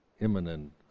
imminent